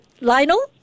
Lionel